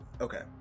Okay